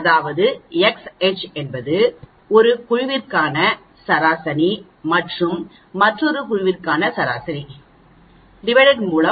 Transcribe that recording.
அதாவது XH என்பது ஒரு குழுவிற்கான சராசரி மற்றும் இது மற்றொரு குழுவிற்கான சராசரி மூலம்